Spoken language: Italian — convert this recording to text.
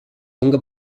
lunga